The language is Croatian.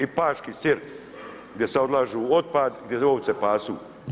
I paški sir gdje sad odlažu otpad i gdje ovce pasu.